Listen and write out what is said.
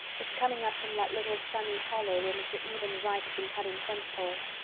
it's coming up from that little sunny hollow where mr. eben wright has been cutting fence poles.